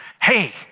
hey